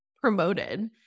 promoted